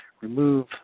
remove